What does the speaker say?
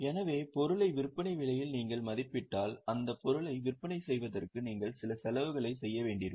எனவே பொருளை விற்பனை விலையில் நீங்கள் மதிப்பிட்டால் அந்த பொருளை விற்பனை செய்வதற்கு நீங்கள் சில செலவுகளைச் செய்ய வேண்டியிருக்கும்